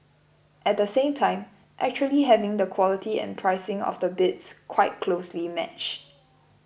at the same time actually having the quality and pricing of the bids quite closely matched